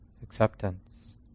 Acceptance